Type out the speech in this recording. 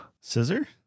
Scissor